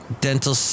dental